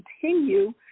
continue